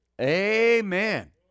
Amen